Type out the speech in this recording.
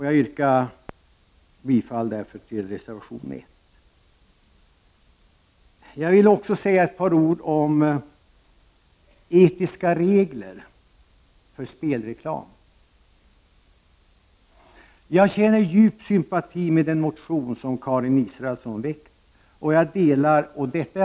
Jag yrkar bifall till reservation 1. Sedan vill jag säga ett par ord om etiska regler för spelreklam. Jag känner djup sympati för den motion som Karin Israelsson har väckt.